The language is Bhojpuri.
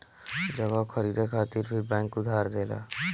जगह खरीदे खातिर भी बैंक उधार देला